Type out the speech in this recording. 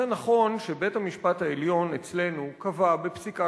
נכון שבית-המשפט העליון אצלנו קבע בפסיקה,